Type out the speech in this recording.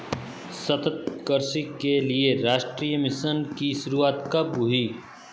सतत कृषि के लिए राष्ट्रीय मिशन की शुरुआत कब हुई?